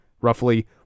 roughly